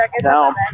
Now